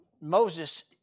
Moses